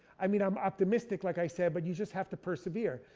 i mean i'm optimistic like i said, but you just have to persevere.